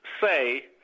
say